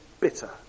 bitter